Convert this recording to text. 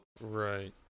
Right